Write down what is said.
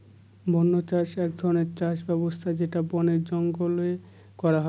বন্য চাষ এক ধরনের চাষ ব্যবস্থা যেটা বনে জঙ্গলে করা হয়